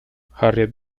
harriet